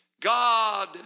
God